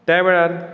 त्या वेळार